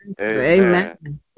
Amen